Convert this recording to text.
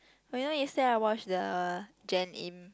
but you know yesterday I watch the Jenn-Im